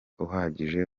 uhagije